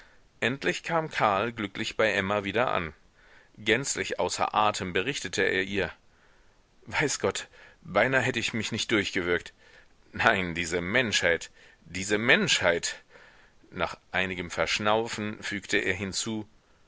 endlich kam karl glücklich bei emma wieder an gänzlich außer atem berichtete er ihr weiß gott beinahe hätt ich mich nicht durchgewürgt nein diese menschheit diese menschheit nach einigem verschnaufen fügte er hinzu